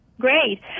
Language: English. Great